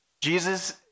Jesus